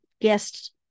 guest